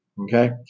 Okay